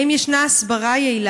3. האם יש הסברה יעילה?